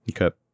Okay